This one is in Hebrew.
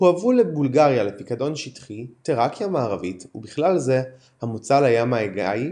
הועברו לבולגריה לפיקדון שטחי תראקיה המערבית ובכלל זה המוצא לים האגאי,